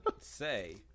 say